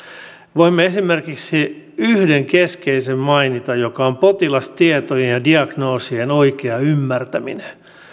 voimme esimerkiksi yhden keskeisen mainita joka on potilastietojen ja diagnoosien oikea ymmärtäminen